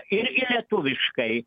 irgi lietuviškai